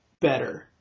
better